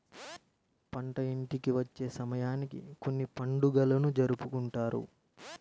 పంట ఇంటికి వచ్చే సమయానికి కొన్ని పండుగలను జరుపుకుంటారు